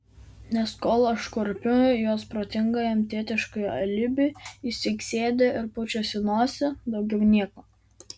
nes kol aš kurpiu jos protingajam tėtušiui alibi jis tik sėdi ir pučiasi nosį daugiau nieko